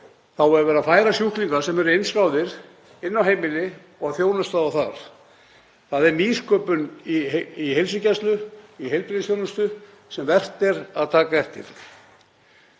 er verið að færa sjúklinga sem eru innskráðir inn á heimili og þjónusta þá þar. Það er nýsköpun í heilsugæslu, í heilbrigðisþjónustu sem vert er að taka eftir.